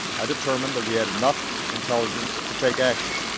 i determined that we had enough intelligence to take action,